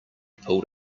pulled